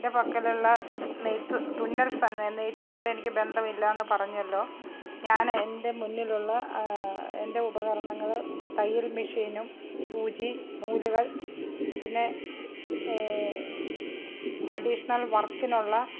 എൻ്റെ പക്കലുള്ള നെയ്ത് തുന്നൽ നെയ്തുവായിട്ട് എനിക്ക് ബന്ധവില്ല എന്ന് പറഞ്ഞല്ലോ ഞാൻ എൻ്റെ മുന്നിലുള്ള എൻ്റെ ഉപകരണങ്ങൾ തയ്യൽ മെഷീനും സൂചി നൂലുകൾ പിന്നെ അഡീഷണൽ വർക്കിനുള്ള